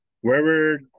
wherever